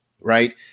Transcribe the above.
right